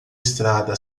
estrada